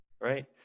right